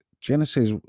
Genesis